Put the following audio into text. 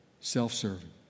self-serving